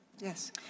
Yes